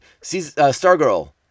Stargirl